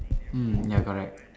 mm ya correct